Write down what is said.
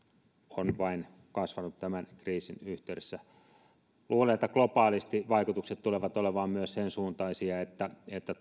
on vain kasvanut tämän kriisin yhteydessä luulen että globaalisti vaikutukset tulevat olemaan myös sen suuntaisia että että